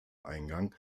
eingang